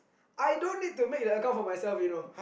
I don't need to make the account for myself you know